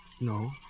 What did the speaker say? No